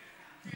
כן.